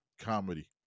comedy